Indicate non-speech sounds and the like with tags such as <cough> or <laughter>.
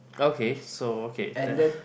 okay so okay that <breath>